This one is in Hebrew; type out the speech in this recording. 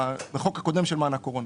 בחוק הקודם של מענק קורונה